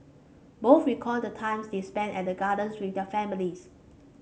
both recalled the times they spent at the gardens with their families